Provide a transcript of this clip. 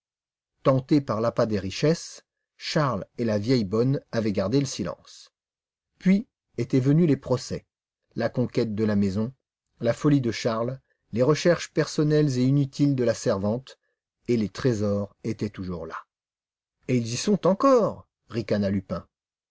tentés par l'appât des richesses charles et la vieille bonne avaient gardé le silence puis étaient venus les procès la conquête de la maison la folie de charles les recherches personnelles et inutiles de la servante et les trésors étaient toujours là et ils y sont encore ricana lupin